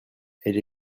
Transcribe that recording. elle